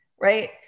right